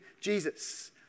Jesus